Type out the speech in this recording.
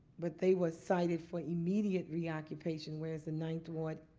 but they were sighted for immediate re-occupation, whereas the ninth ward,